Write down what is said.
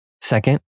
Second